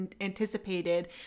anticipated